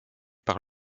par